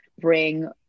bring